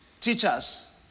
teachers